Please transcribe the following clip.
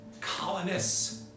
colonists